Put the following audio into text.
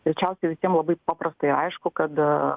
greičiausiais visiem labai paprastai aišku kada